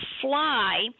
fly